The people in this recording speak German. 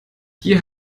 hier